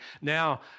now